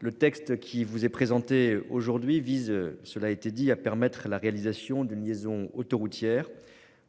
Le texte qui vous est présentée aujourd'hui vise, cela a été dit à permettre la réalisation d'une liaison autoroutière